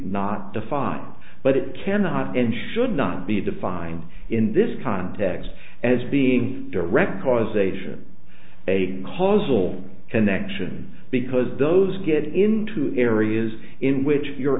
not the five but it cannot and should not be defined in this context as being direct causation a causal connection because those get into areas in which you're